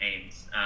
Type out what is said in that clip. names